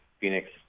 Phoenix